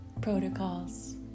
protocols